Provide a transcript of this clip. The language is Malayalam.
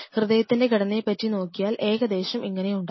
ഹൃദയത്തിൻറെ ഘടനയെ പറ്റി നോക്കിയാൽ ഏകദേശം ഇങ്ങനെയുണ്ടാകും